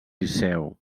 liceu